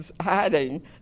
hiding